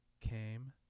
came